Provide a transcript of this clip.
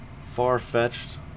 far-fetched